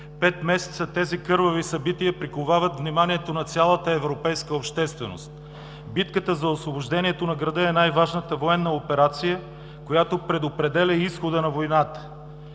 Пет месеца тези кървави събития приковават вниманието на цялата европейска общественост. Битката за освобождението на града е най-важната военна операция, която предопределя изхода на войната.